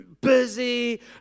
busy